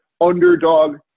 underdog